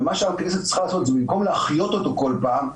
ומה שהכנסת צריכה לעשות זה במקום להחיות אותו כל פעם,